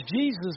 Jesus